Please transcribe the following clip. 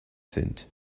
sind